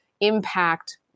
impact